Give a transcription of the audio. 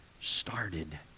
started